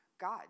God